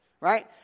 Right